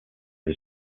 his